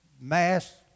mass